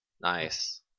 Nice